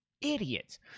idiots